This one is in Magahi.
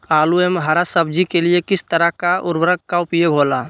आलू एवं हरा सब्जी के लिए किस तरह का उर्वरक का उपयोग होला?